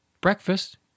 breakfast